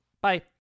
Bye